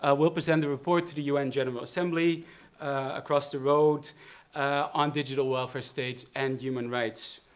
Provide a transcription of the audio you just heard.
ah will present the report to the u n. general assembly across the road on digital welfare states and human rights.